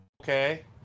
okay